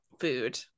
food